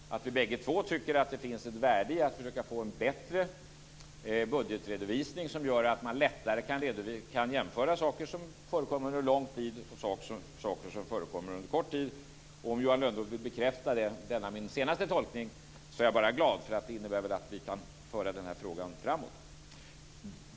Vi tycker alltså bägge två att det finns ett värde i att försöka få en bättre budgetredovisning som gör att man lättare kan jämföra saker som förekommer under lång tid med saker som förekommer under kort tid. Om Johan Lönnroth vill bekräfta denna min senaste tolkning är jag bara glad, för det innebär väl att vi kan föra frågan framåt.